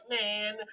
man